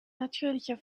natürlicher